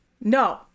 no